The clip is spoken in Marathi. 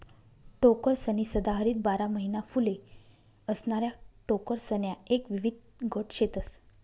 टोकरसनी सदाहरित बारा महिना फुले असणाऱ्या टोकरसण्या एक विविध गट शेतस